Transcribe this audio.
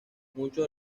muchos